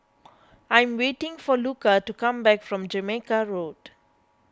I am waiting for Luca to come back from Jamaica Road